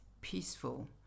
peaceful